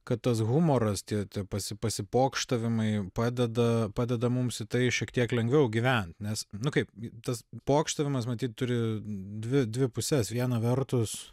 kad tas humoras tie pasi pasipokštavimai padeda padeda mums į tai šiek tiek lengviau gyvent nes nu kaip tas pokštavimas matyt turi dvi dvi puses viena vertus